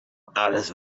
alles